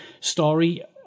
story